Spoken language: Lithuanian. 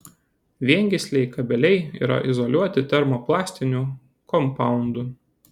viengysliai kabeliai yra izoliuoti termoplastiniu kompaundu